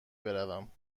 بروم